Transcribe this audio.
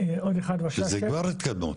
זה כבר התקדמות.